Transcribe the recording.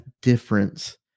difference